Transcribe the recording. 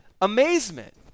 amazement